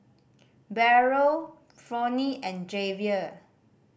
Beryl Fronie and Javier